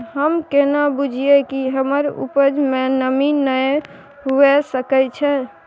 हम केना बुझीये कि हमर उपज में नमी नय हुए सके छै?